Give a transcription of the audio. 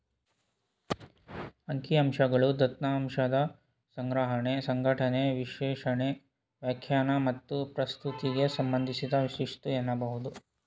ಅಂಕಿಅಂಶಗಳು ದತ್ತಾಂಶದ ಸಂಗ್ರಹಣೆ, ಸಂಘಟನೆ, ವಿಶ್ಲೇಷಣೆ, ವ್ಯಾಖ್ಯಾನ ಮತ್ತು ಪ್ರಸ್ತುತಿಗೆ ಸಂಬಂಧಿಸಿದ ಶಿಸ್ತು ಎನ್ನಬಹುದು